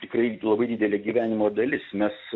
tikrai labai didelė gyvenimo dalis mes